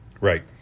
Right